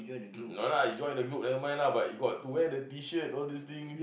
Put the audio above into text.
no lah you join the group never mind lah but you got to wear the t-shirt all these things